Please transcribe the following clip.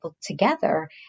together